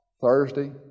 Thursday